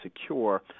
secure